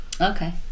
Okay